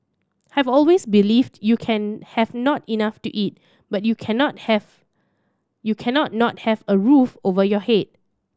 I've always believed you can have not enough to eat but you cannot have you cannot not have a roof over your head